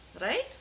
Right